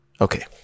Okay